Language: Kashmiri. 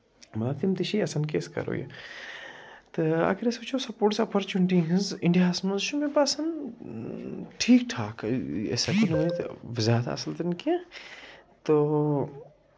مطلب تِم چھِ یَژھان کہِ أسۍ کَرو یہِ تہٕ اگر أسۍ وٕچھو سپوٹٕس اَپَرچُنِٹی ہِنٛز انٛڈیاہس منٛز چھُ مےٚ باسان ٹھیٖک ٹھاک أسۍ ہٮ۪کو نہٕ ؤنِتھ وۄنۍ زیادٕ اَصٕل تہِ نہٕ کیٚنٛہہ تو